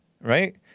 right